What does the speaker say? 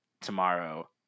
tomorrow